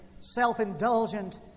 self-indulgent